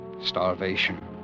Starvation